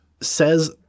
says